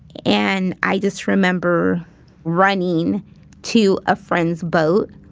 and i just remember running to a friend's boat.